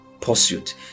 pursuit